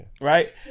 right